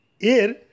air